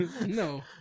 No